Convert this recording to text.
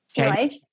Right